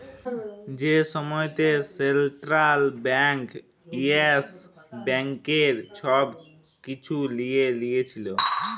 যে সময়তে central bank Yes ব্যাংকের ছব কিছু লিঁয়ে লিয়েছিল